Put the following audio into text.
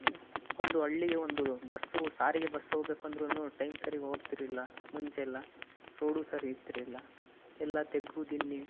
ಒಂದು ಹಳ್ಳಿಗೆ ಒಂದು ಬಸ್ಸು ಸಾರಿಗೆ ಬಸ್ ಹೋಗ್ಬೇಕಂದ್ರೂ ಟೈಮ್ ಸರೀಗೆ ಹೋಗ್ತಿರಿಲ್ಲ ಮುಂಚೆಲ್ಲ ರೋಡೂ ಸರಿ ಇರ್ತಿರ್ಲಿಲ್ಲ ಎಲ್ಲ ತಗ್ಗು ದಿಣ್ಣೆ